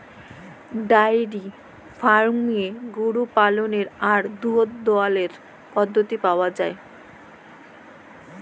diary ফার্মিংয়ে গরু পাললের আর দুহুদ দহালর পদ্ধতি পাউয়া যায়